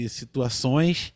situações